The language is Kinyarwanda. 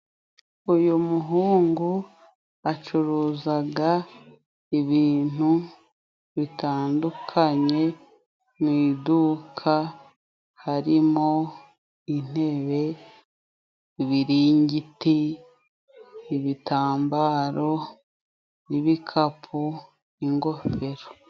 Uyu muhungu acuruzaga ibintu bitandukanye mwiduka ,harimo intebe, ibiringiti, ibitambaro ,ibikapu, n'ingofero.